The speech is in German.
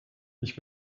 ich